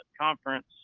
conference